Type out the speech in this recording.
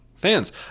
Fans